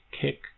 kick